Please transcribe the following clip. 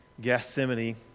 Gethsemane